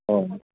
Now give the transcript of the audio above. औ